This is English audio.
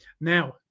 Now